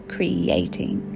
Creating